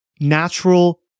natural